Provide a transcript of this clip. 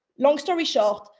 long story short,